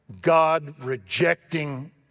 God-rejecting